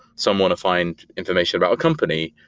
some want to find information about a company,